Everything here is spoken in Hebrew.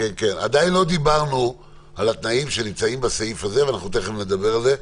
עדיין לא דיברנו על התנאים שנמצאים בסעיף הזה ואנחנו תכף נדבר על זה.